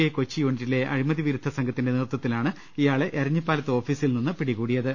I Kochi യൂണിറ്റിലെ അഴിമതി വിരുദ്ധ സംഘത്തിന്റെ നേതൃത്വത്തിലാണ് ഇയാളെ എരഞ്ഞിപ്പാലത്തെ ഓഫീസിൽ നിന്ന് പിടികൂടിയത്